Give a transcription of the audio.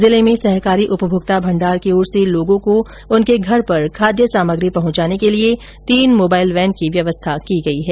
जिले में सहकारी उपभोक्ता भण्डार की ओर से लोगों को उनके घर पर खाद्य सामग्री पहुंचाने के लिए तीन मोबाईल वेन की व्यवस्था की गई है